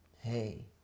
Hey